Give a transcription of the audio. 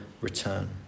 return